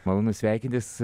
malonu sveikintis